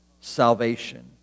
salvation